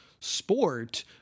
sport